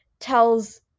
tells